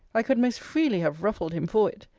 i could most freely have ruffled him for it.